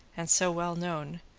and so well known,